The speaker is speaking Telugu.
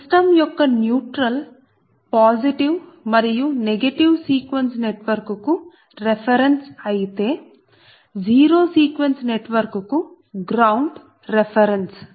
సిస్టం యొక్క న్యూట్రల్ పాజిటివ్ మరియు నెగిటివ్ సీక్వెన్స్ నెట్వర్క్ కు రెఫెరెన్స్ అయితే జీరో సీక్వెన్స్ నెట్వర్క్ కు గ్రౌండ్ రెఫెరెన్స్